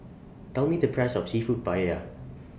Tell Me The Price of Seafood Paella